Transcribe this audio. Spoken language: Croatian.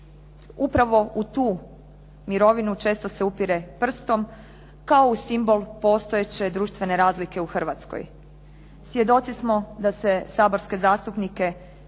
upravo u tu mirovinu često se upire prstom kao u simbol postojeće društvene razlike u Hrvatskoj. svjedoci smo da se saborske zastupnike koje su